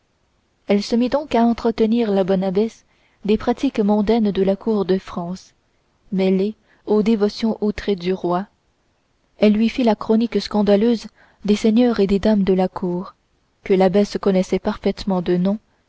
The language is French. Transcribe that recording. elle se mit donc à entretenir la bonne abbesse des pratiques mondaines de la cour de france mêlées aux dévotions outrées du roi elle lui fit la chronique scandaleuse des seigneurs et des dames de la cour que l'abbesse connaissait parfaitement de nom